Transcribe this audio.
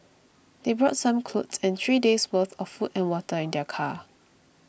they brought some clothes and three days' worth of food and water in their car